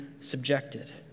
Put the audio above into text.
subjected